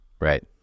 Right